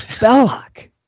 belloc